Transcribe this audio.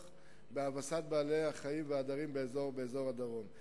בהאבסת בעלי-החיים והעדרים באזור הדרום.